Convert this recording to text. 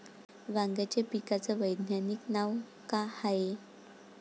वांग्याच्या पिकाचं वैज्ञानिक नाव का हाये?